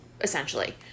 essentially